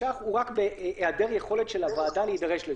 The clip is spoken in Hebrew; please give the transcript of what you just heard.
התקש"ח הוא רק בהיעדר יכולת של הוועדה להידרש לזה.